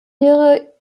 ihre